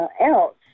else